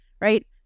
Right